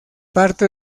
parte